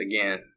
Again